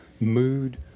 Mood